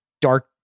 dark